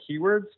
keywords